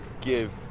give